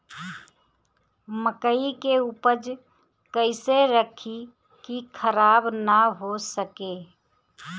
मकई के उपज कइसे रखी की खराब न हो सके?